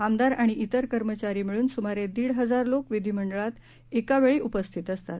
आमदार आणि तिर कर्मचारी मिळून सुमारे दीड हजार लोक विधिमंडळात एका वेळी उपस्थित असतात